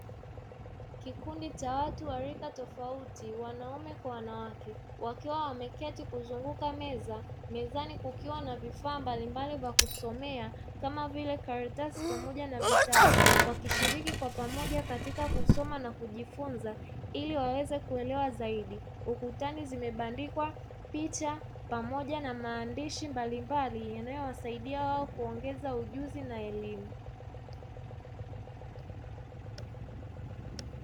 Kikundi cha watu wa rika tofauti wanaume kwa wanawake wakiwa wameketi kuzunguka meza. Mezani kukiwa na vifaa mbalimbali vya kusomea kama vile karatasi pamoja na vitabu, wakishiriki kwa pamoja katika kusoma na kujifunza ili waweze kuelewa zaidi. Ukutani zimebandikwa picha pamoja na maandishi mbalimbali yanayowasaidia wao kuongeza ujuzi na elimu.